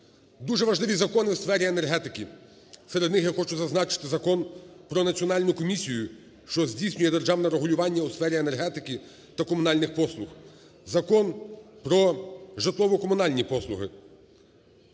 Дуже важливі закони у сфері енергетики, серед них я хочу зазначити: Закон "Про Національну комісію, що здійснює державне регулювання у сфері енергетики та комунальних послуг", Закон "Про житлово-комунальні послуги",